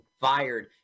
fired